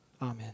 Amen